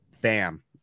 bam